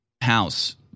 house